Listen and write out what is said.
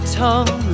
tongue